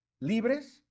libres